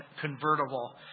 convertible